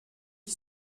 qui